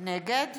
נגד